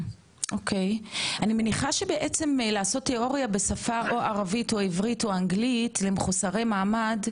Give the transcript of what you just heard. אני מניחה שלעשות תיאוריה בשפה העברית או ערבית או אנגלית למחוסרי מעמד,